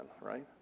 right